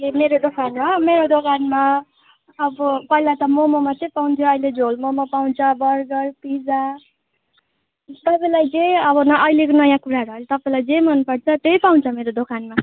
ए मेरो दोकानमा मेरो दोकानमा अब पहिला त मोमो मात्रै पाउँथ्यो अहिले झोल मोमो पाउँछ बर्गर पिज्जा तपाईँलाई जे अब न अहिलेको नयाँ कुराहरू अहिले तपाईँलाई जे मन पर्छ त्यही पाउँछ मेरो दोकानमा